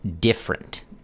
different